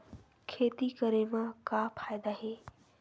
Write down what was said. खेती करे म का फ़ायदा हे?